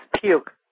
puke